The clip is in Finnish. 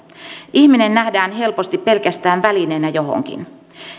ihminen nähdään helposti pelkästään välineenä johonkin